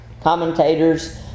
commentators